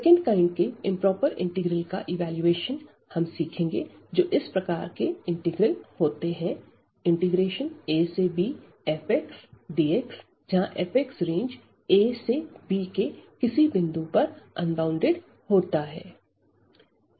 second kind के improper integral का evaluation हम सीखेंगे जो इस प्रकार के इंटीग्रल होते हैं abfxdx जहां fx रेंज a से b के किसी बिंदु पर अनबॉउंडेड होता है